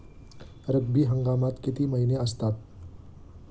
रब्बी हंगामात किती महिने असतात?